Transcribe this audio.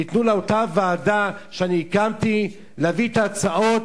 תיתנו לאותה ועדה שאני הקמתי להביא את ההצעות,